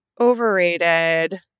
Overrated